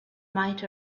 might